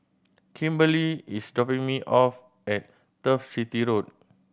Kimberlee is dropping me off at Turf City Road